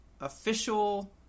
official